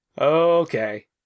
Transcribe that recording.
Okay